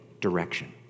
direction